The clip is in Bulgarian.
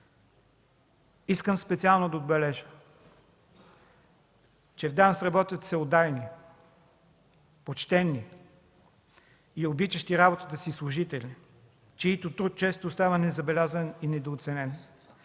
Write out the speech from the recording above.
Искам специално да отбележа, че в ДАНС работят всеотдайно почтени и обичащи работата си служители, чиито труд често остава незабелязан и недооценен.